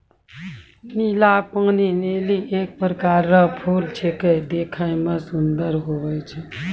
नीला पानी लीली एक प्रकार रो फूल छेकै देखै मे सुन्दर हुवै छै